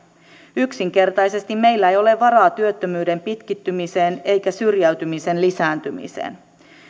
yksinkertaisesti meillä ei ole varaa työttömyyden pitkittymiseen eikä syrjäytymisen lisääntymiseen